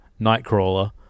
Nightcrawler